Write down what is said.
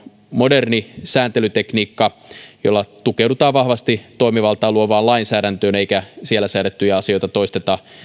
moderni sääntelytekniikka jossa tukeudutaan vahvasti toimivaltaa luovaan lainsäädäntöön eikä siellä säädettyjä asioita toisteta